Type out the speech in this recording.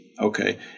Okay